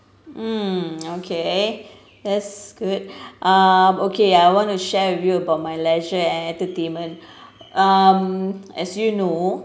mm okay that's good um okay I want to share with you about my leisure and entertainment um as you know